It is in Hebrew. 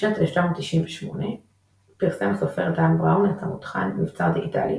בשנת 1998 פרסם הסופר דן בראון את המותחן "מבצר דיגיטלי",